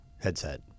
headset